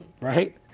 Right